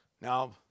now